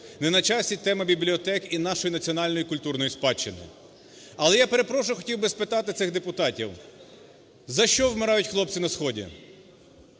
не на часі тема бібліотек і нашої національної культурної спадщини. Але, я перепрошую, я хотів би спитати цих депутатів, за що вмирають хлопці на сході,